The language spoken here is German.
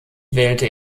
wählte